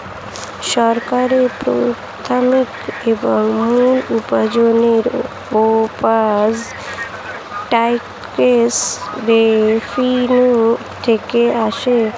সরকারের প্রাথমিক এবং মূল উপার্জনের উপায় ট্যাক্স রেভেন্যু থেকে আসে